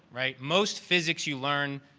right? most physics you learn,